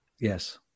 Yes